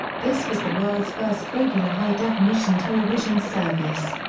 this was the world's first regular high-definition television service.